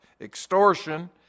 extortion